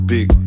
Big